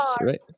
right